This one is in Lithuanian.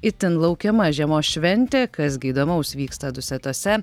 itin laukiama žiemos šventė kas gi įdomaus vyksta dusetose